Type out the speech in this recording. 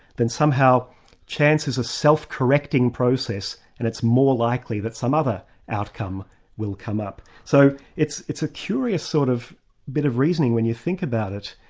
then somehow chance is a self-correcting process and it's more likely that some other outcome will come up. so it's it's a curious sort of bit of reasoning when you think about it.